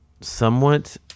somewhat